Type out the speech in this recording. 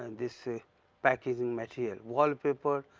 and this ah packaging material, wall paper,